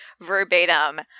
verbatim